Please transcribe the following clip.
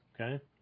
Okay